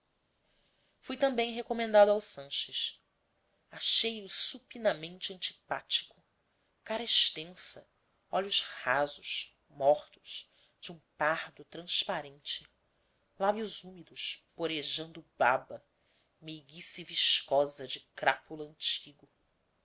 fui também recomendado ao sanches achei-o supinamente antipático cara extensa olhos rasos mortos de um pardo transparente lábios úmidos porejando baba meiguice viscosa de crápula